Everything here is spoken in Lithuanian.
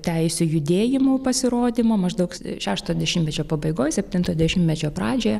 teisių judėjimų pasirodymo maždaug šešto dešimtmečio pabaigoj septinto dešimtmečio pradžioje